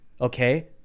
Okay